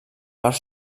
part